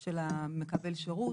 של מקבל השירות,